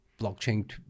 blockchain